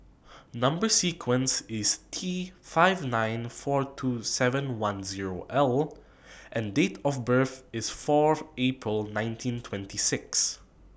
Number sequence IS T five nine four two seven one Zero L and Date of birth IS Fourth April nineteen twenty six